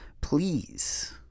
Please